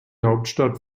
hauptstadt